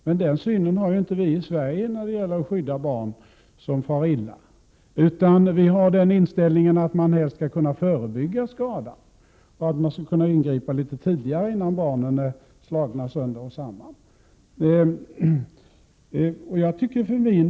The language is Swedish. Men den synen har vi i Sverige inte när det gäller att skydda barn som far illa, utan vi har inställningen att man skall kunna föregripa skadan genom att ingripa litet tidigare, innan barnen är slagna sönder och samman.